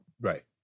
Right